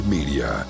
Media